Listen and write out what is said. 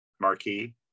Marquee